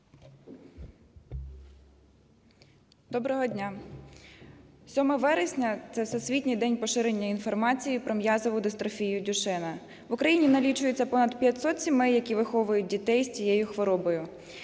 Доброго дня! 7 вересня – це Всесвітній день поширення інформації про м'язову дистрофію Дюшена. В Україні налічується понад 500 сімей, які виховують дітей з цією хворобою.